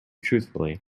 truthfully